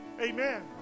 Amen